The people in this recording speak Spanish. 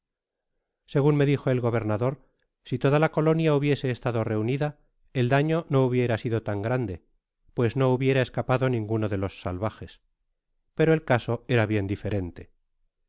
segun me dijo el gobernador si toda la colonia hubiese estado reunida el daño no hubiera sido tau grande pues no hubiera escapado ninguno de los salvajes pero el caso era bien diferente